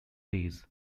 days